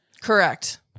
correct